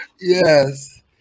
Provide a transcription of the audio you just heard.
Yes